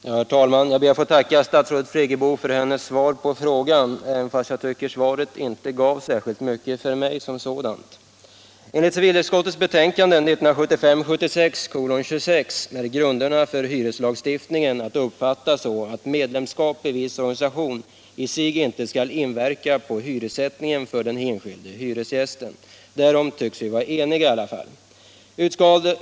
Herr talman! Jag ber att få tacka statsrådet Friggebo för svaret på frågan, även om jag tycker att det inte gav så mycket i och för sig. Enligt civilutskottets betänkande 1975/76:26 är grunderna för hyreslagstiftningen att uppfatta så, att medlemskap i viss organisation i sig inte skall inverka på hyressättningen för den enskilde hyresgästen. Därom tycks vi i alla fall vara eniga.